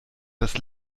das